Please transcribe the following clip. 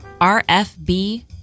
RFB